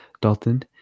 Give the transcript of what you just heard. Dalton